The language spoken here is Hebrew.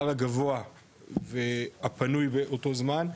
ההר הגבוה והפנוי באותו זמן,